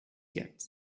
yet